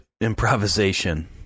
improvisation